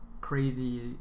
crazy